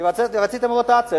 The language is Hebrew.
כי רציתם רוטציה.